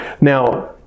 Now